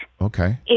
Okay